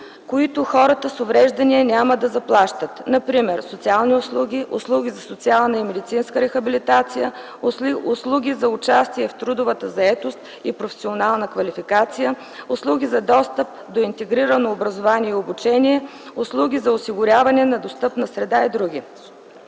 които хората с увреждания няма да заплащат (например социални услуги; услуги за социална и медицинска рехабилитация; услуги за участие в трудова заетост и професионална квалификация; услуги за достъп до интегрирано образование и обучение; услуги за осигуряване на достъпна среда и др.).